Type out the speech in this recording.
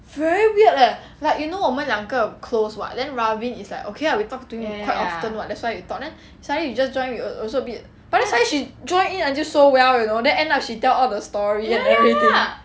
very weird leh like you know 我们两个 close [what] then ravin is like okay lah we talk to him quite often [what] that's why we talk then suddenly she just we al~ also a bit that's why she joined in until so well you know then end up she tell all the story and everything